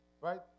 right